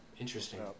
Interesting